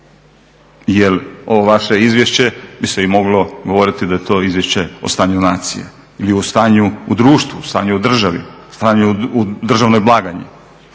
Jer ovo vaše izvješće bi se i moglo govoriti da je to izvješće o stanju nacije ili o stanju u društvu, stanje u državi, stanje u državnoj blagajni.